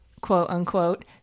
quote-unquote